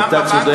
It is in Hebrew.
אתה צודק.